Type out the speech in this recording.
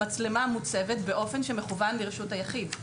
המצלמה מוצבת באופן שמכוון לרשות היחיד.